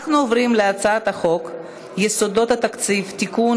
אנחנו עוברים להצעת חוק יסודות התקציב (תיקון,